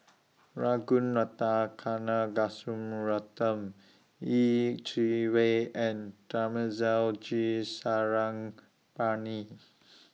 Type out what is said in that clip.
Ragunathar Kanagasuntheram Yeh Chi Wei and Thamizhavel G Sarangapani